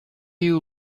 you